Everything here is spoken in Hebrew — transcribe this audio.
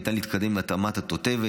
ניתן להתקדם עם התאמת התותבת,